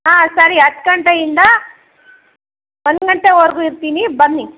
ಆಂ ಸರಿ ಹತ್ತು ಗಂಟೆಯಿಂದ ಒಂದು ಗಂಟೆವರೆಗೂ ಇರ್ತೀನಿ ಬನ್ನಿ